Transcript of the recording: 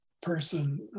person